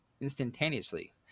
instantaneously